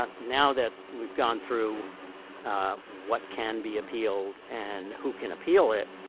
um now that we've gone through what can be appealed and who can appeal it,